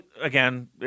again